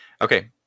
Okay